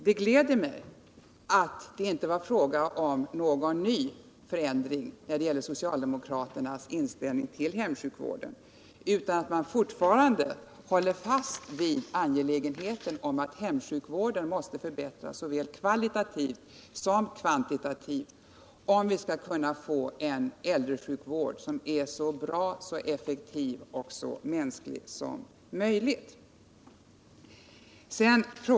Det gläder mig att det inte var fråga om någon ny förändring av socialdemokraternas inställning till hemsjukvården, utan att man fortfarande håller fast vid att hemsjukvården måste förbättras såväl kvalitativt som kvantitativt, om vi skall kunna få en äldresjukvård som är så bra, så effektiv och så mänsklig som möjligt.